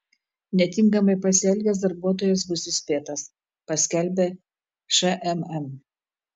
netinkamai pasielgęs darbuotojas bus įspėtas paskelbė šmm